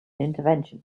intervention